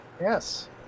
Yes